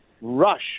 rush